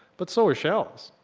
but so are shells.